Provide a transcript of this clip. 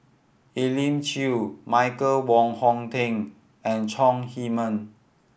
Elim Chew Michael Wong Hong Teng and Chong Heman